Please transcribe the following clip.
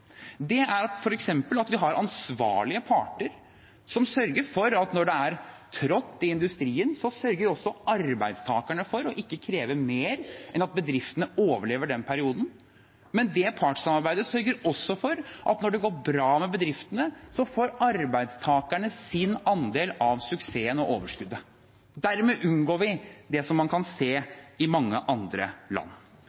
Det er f.eks. at vi har ansvarlige parter som sørger for at når det går trått i industrien, sørger arbeidstakerne for ikke å kreve mer enn at bedriftene overlever den perioden, men det partssamarbeidet sørger også for at når det går bra med bedriftene, får arbeidstakerne sin andel av suksessen og overskuddet. Dermed unngår vi det man kan se